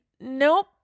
nope